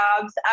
jobs